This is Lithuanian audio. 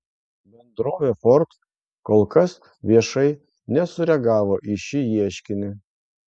bendrovė ford kol kas viešai nesureagavo į šį ieškinį